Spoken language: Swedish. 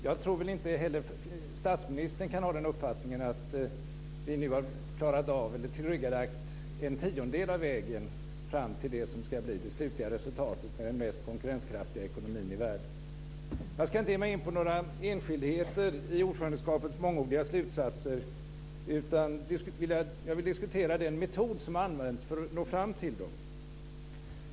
Jag tror inte heller att statsministern kan ha den uppfattningen att vi nu har klarat av eller tillryggalagt en tiondel av vägen fram till det som ska bli det slutliga resultatet med den mest konkurrenskraftiga ekonomin i världen. Jag ska inte ge mig in på några enskildheter i ordförandeskapets mångordiga slutsatser. Jag vill diskutera den metod som används för att nå fram till dem.